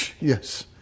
Yes